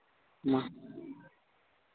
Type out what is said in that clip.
ᱢᱟ